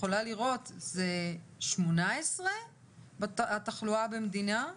זה 18 התחלואה במדינה?